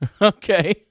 Okay